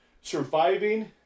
surviving